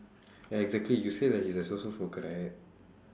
ya exactly you say that he's a social smoker right